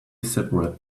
seperate